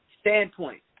standpoint